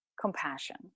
compassion